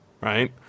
right